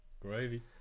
Gravy